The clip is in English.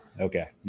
Okay